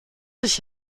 dich